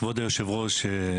כבוד היושב-ראש,